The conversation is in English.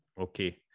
Okay